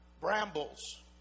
brambles